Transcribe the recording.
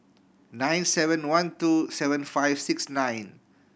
nine seven one two seven five six nine